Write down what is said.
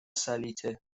سلیطه